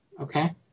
Okay